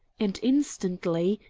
and instantly,